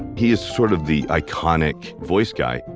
he is sort of the iconic voice guy.